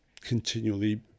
continually